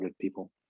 people